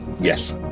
Yes